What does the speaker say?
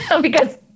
because-